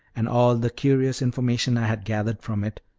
and all the curious information i had gathered from it,